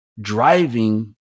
driving